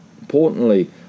importantly